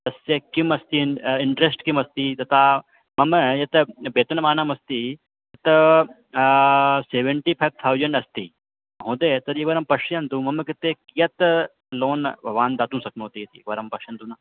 तस्य किम् अस्ति इन्ट्रस्ट् किम् अस्ति तथा मम यत् वेतनमानमस्ति तत् सेवेन्टि फै थौसन्ड् अस्ति महोदय तर्हि वरं पश्यन्तु मम कृते कियत् लोन् भवान् दातुं शक्नोति इति एकवारं पश्यन्तु न